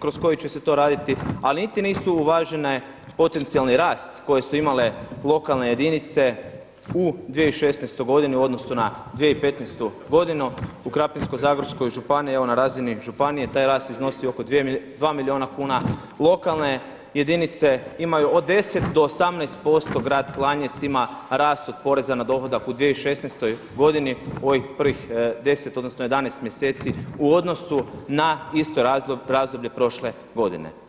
kroz koji će se to raditi, a niti nisu uvažene potencijalni rast koje su imale lokalne jedinice u 2016. godini u odnosu na 2015. godinu U Krapinsko-zagorskoj županiji evo na razini županije taj rast iznosi oko dva milijuna kuna, lokalne jedinice imaju od 10 do 18%, grad Klanjec ima rast od poreza na dohodak u 2016. godini u ovih prvih 10 odnosno 11 mjeseci u odnosu na isto razdoblje prošle godine.